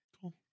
Cool